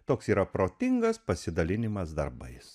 toks yra protingas pasidalinimas darbais